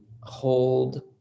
hold